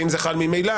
האם זה חל ממילא,